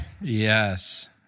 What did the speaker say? Yes